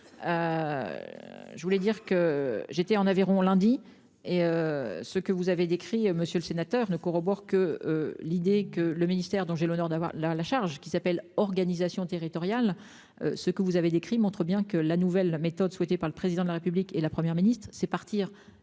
Je voulais dire que j'étais en Aveyron lundi est. Ce que vous avez décrit, Monsieur le Sénateur ne corrobore que l'idée que le ministère dont j'ai l'honneur d'avoir la, la charge qui s'appelle organisation territoriale. Ce que vous avez décrit, montre bien que la nouvelle la méthode souhaitée par le président de la République et la Première ministre c'est partir